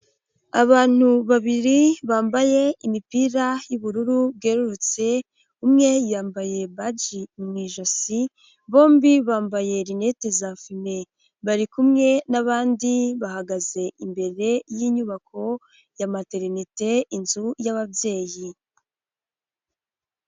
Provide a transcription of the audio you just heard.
Abantu babiri bambaye imipira y'ubururu bwerurutse, umwe yambaye baji mu ijosi, bombi bambaye linete za fime, bari kumwe n'abandi bahagaze imbere y'inyubako ya materinite, inzu y'ababyeyi.